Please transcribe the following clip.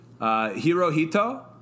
Hirohito